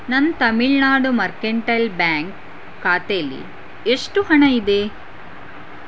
ನನ್ನ Tamil Nadu mercantile bank ಖಾತೆಲಿ ಎಷ್ಟು ಹಣ ಇದೆ